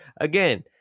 Again